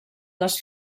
les